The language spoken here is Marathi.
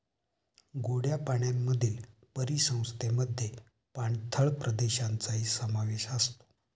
गोड्या पाण्यातील परिसंस्थेमध्ये पाणथळ प्रदेशांचाही समावेश असतो